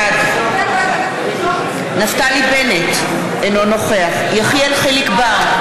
בעד נפתלי בנט, אינו נוכח יחיאל חיליק בר,